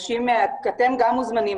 אתם גם מוזמנים,